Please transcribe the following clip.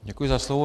Děkuji za slovo.